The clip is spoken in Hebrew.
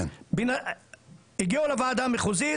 הם הגיעו לוועדה המחוזית